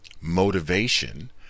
motivation